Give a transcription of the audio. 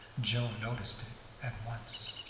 joe noticed it at once.